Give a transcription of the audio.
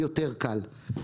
יותר קל.